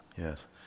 Yes